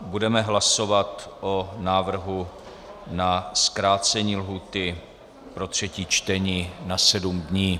Budeme hlasovat o návrhu na zkrácení lhůty pro třetí čtení na sedm dní.